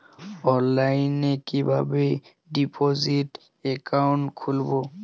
অনলাইনে কিভাবে deposit account খুলবো?